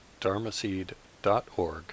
dharmaseed.org